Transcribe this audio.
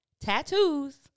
Tattoos